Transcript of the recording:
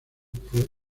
fue